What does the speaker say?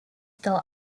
still